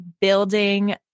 building